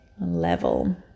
level